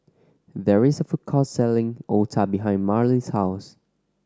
there is a food court selling otah behind Marley's house